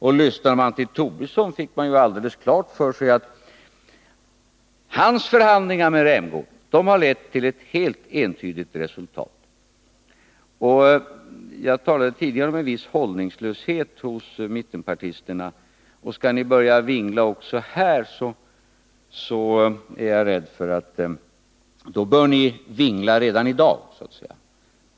Och lyssnade man till Lars Tobisson fick man helt klart för sig att hans förhandlingar med Rolf Rämgård lett till ett helt entydigt resultat. Jag talade tidigare om en viss hållningslöshet hos mittenpartisterna, och skall ni börja vingla också här bör ni vingla redan i dag.